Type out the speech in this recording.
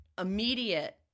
immediate